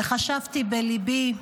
וחשבתי בליבי,